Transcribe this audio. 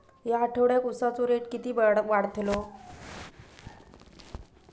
या आठवड्याक उसाचो रेट किती वाढतलो?